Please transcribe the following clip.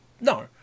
No